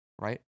right